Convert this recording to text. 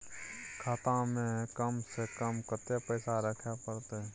खाता में कम से कम कत्ते पैसा रखे परतै?